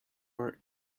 are